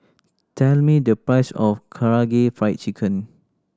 tell me the price of Karaage Fried Chicken